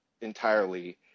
entirely